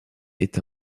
est